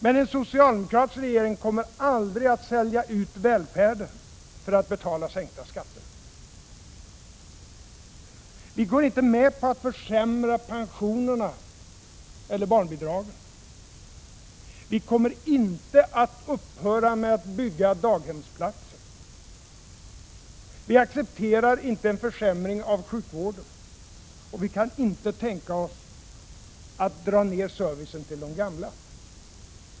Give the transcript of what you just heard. Men en socialdemokratisk regering kommer aldrig att sälja ut välfärden för att betala sänkta skatter. Vi går inte med på att försämra pensionerna eller barnbidragen. Vi kommer inte att upphöra med att bygga daghemsplatser. Vi accepterar inte en försämring av sjukvården. Vi kan inte tänka oss att dra ned på servicen till de gamla.